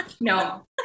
No